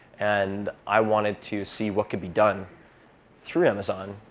and i wanted to see what could be done through amazon,